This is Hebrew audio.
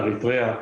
אריתריאה,